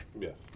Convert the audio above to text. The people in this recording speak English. Yes